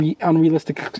unrealistic